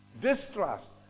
distrust